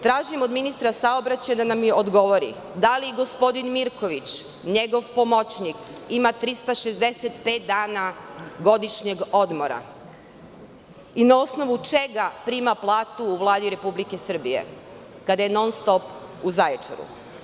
Tražim od ministra saobraćaja da nam odgovori – da li gospodin Mirković, njegov pomoćnik ima 365 dana godišnjeg odmora, i na osnovu čega prima platu u Vladi Republike Srbije, kada je non stop u Zaječaru?